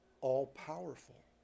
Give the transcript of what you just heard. All-powerful